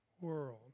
world